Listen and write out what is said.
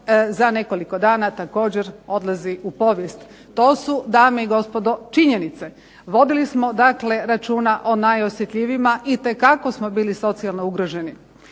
za nekoliko dana također odlazi u povijest. To su dame i gospodo činjenice. Vodili smo dakle računa o najosjetljivijima, itekako smo bili socijalno ugroženi